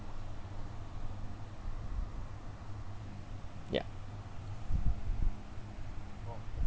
ya